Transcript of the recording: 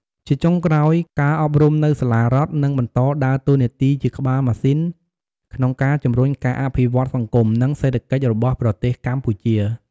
ជាចុងក្រោយ ការអប់រំនៅសាលារដ្ឋនឹងបន្តដើរតួនាទីជា ក្បាលម៉ាស៊ីន ក្នុងការជំរុញការអភិវឌ្ឍសង្គម និងសេដ្ឋកិច្ចរបស់ប្រទេសកម្ពុជា។